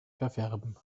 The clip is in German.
verfärben